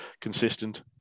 consistent